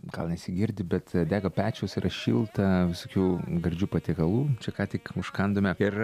gal nesigirdi bet dega pečius yra šilta visokių gardžių patiekalų čia ką tik užkandome ir